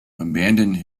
abandoned